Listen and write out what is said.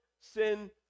sin